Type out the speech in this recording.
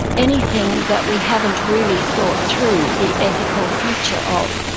anything that we haven't really thought through the ethical future of.